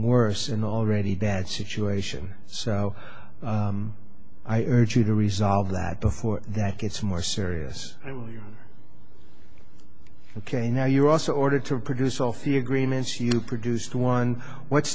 worse an already bad situation so i urge you to resolve that before that gets more serious ok now you're also ordered to produce all fee agreements you produced one what